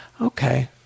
okay